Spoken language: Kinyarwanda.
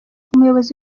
umuyobozi